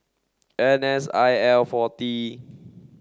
N S I L forty